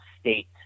state